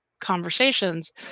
conversations